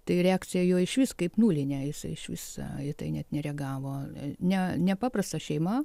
tai reakcija jo išvis kaip nulinė jisai išvis į tai net nereagavo ne nepaprasta šeima